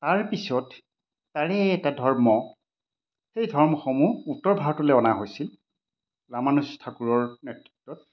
তাৰপিছত তাৰে এটা ধৰ্ম সেই ধৰ্মসমূহ উত্তৰ ভাৰতলৈ অনা হৈছিল ৰামানুজ ঠাকুৰৰ নেতৃত্বত